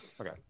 Okay